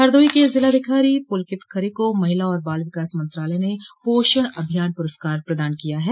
हरदोई के जिलाधिकारी पुलकित खरे को महिला और बाल विकास मंत्रालय ने पोषण अभियान प्रस्कार प्रदान किया है